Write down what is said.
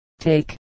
Take